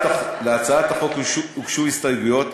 להצעת החוק הוגשו הסתייגויות.